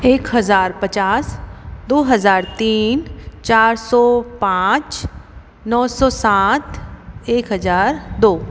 एक हज़ार पचास दो हज़ार तीन चार सौ पांच नौ सौ साथ एक हजार दो